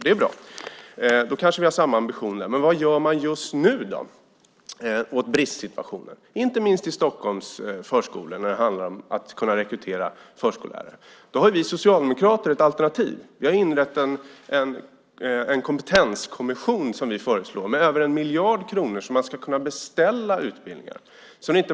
Det är bra; då kanske vi har samma ambition. Men vad gör man just nu åt bristsituationen - inte minst när det gäller att kunna rekrytera förskollärare till Stockholms förskolor? Vi socialdemokrater har ett alternativ. Vi föreslår en kompetenskommission med över 1 miljard kronor så att man ska kunna beställa utbildningar.